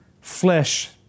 flesh